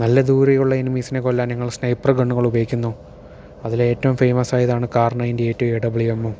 നല്ല ദൂരെ ഉള്ള എനിമീസിനെ കൊല്ലാൻ ഞങ്ങൾ സ്നൈപ്പർ ഗണ്ണുകൾ ഉപയോഗിക്കുന്നു അതിലേറ്റവും ഫേമസ് ആയതാണ് Kar ninety eight A W എമ്മും